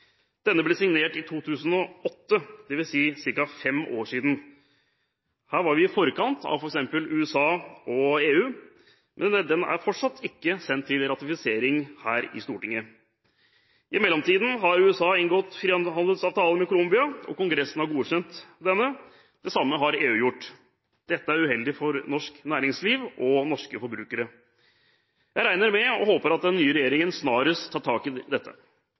Denne ble signert i 2008, dvs. for ca. fem år siden. Her var vi i forkant av f.eks. USA og EU. Men den er fortsatt ikke sendt til ratifisering her i Stortinget. I mellomtiden har USA inngått frihandelsavtale med Colombia, og kongressen har godkjent denne. Det samme har EU gjort. Dette er uheldig for norsk næringsliv og norske forbrukere. Jeg regner med og håper at den nye regjeringen snarest tar tak i dette.